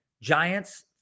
Giants